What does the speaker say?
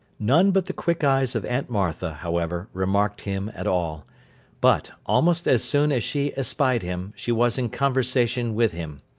none but the quick eyes of aunt martha, however, remarked him at all but, almost as soon as she espied him, she was in conversation with him.